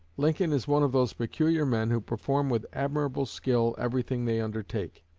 lincoln is one of those peculiar men who perform with admirable skill everything they undertake.